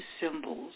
symbols